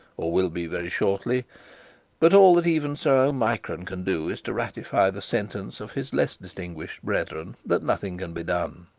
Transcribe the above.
or will be very shortly but all that even sir omicron can do, is to ratify the sentence of his less distinguished brethren that nothing can be done.